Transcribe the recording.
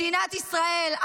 מדינת ישראל,